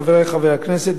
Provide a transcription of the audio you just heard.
חברי חברי הכנסת,